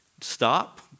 Stop